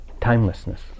timelessness